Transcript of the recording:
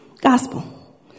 gospel